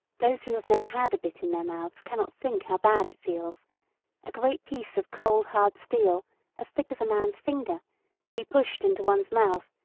those who have never had a bit in their mouths cannot think how bad it feels a great piece of cold hard steel as thick as a man's finger to be pushed into one's mouth,